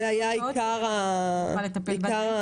זה היה עיקר הפניות,